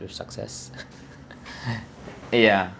good success ya